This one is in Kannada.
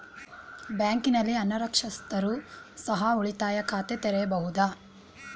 ಬ್ಯಾಂಕಿನಲ್ಲಿ ಅನಕ್ಷರಸ್ಥರು ಸಹ ಉಳಿತಾಯ ಖಾತೆ ತೆರೆಯಬಹುದು?